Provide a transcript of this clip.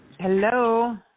Hello